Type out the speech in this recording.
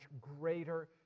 greater